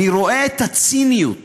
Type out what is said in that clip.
אני רואה את הציניות